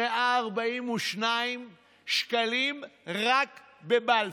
6,142,000 שקלים רק בבלפור.